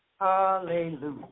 Hallelujah